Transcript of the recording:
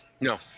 No